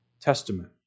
Testament